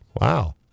Wow